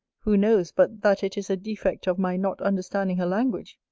who knows but that it is a defect of my not understanding her language,